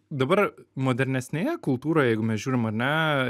dabar modernesnėje kultūroj jeigu mes žiūrime ar ne